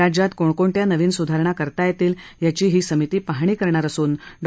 राज्यात कोणकोणत्या नवीन सुधारणा करता येतील याची ही समिती पाहणी करणार करणार असून डॉ